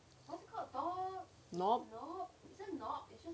knob